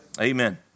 Amen